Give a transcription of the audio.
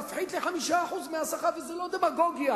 תפחית לי 5% מהשכר, וזו לא דמגוגיה.